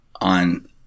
on